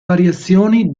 variazioni